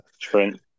Trent